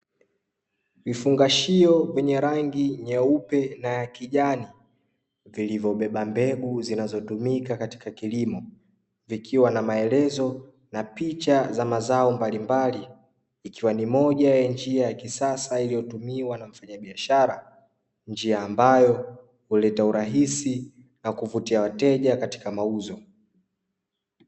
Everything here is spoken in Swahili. Vifungashio vyenye rangi nyeupe na ya kijani, vilivyobeba mbegu zinazotumika katika kilimo, vikiwa na maelezo na picha za mazao mbalimbali. Ikiwa ni moja ya njia za kisasa iliyotumiwa na mfanyabiashara. Njia ambayo, huleta urahisi na kuvutia wateja katika mauzo.